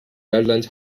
redlands